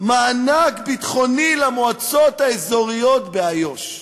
מענק ביטחוני למועצות האזוריות באיו"ש.